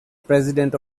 president